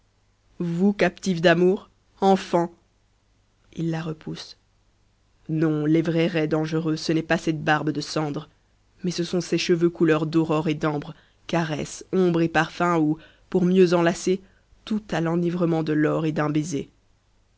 vous captive d'amour enfant non les vrais réts dangereux ce n'est pas cette barbe de cendre mais ce sont ces cheveux couleur d'aurore et d'ambre caresse ombre et parfum où pour mieux enlacer tout a l'enivrement de l'or et d'un baiser